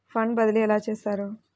Fund బదిలీ ఎలా చేస్తారు?